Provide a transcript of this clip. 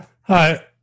Hi